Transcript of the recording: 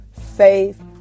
faith